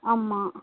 ஆமாம்